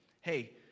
hey